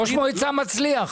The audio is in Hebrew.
ראש מועצה מצליח.